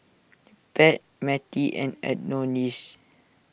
Pat Mattie and Adonis